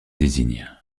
désigne